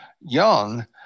young